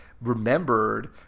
remembered